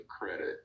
credit